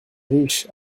riches